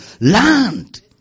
Land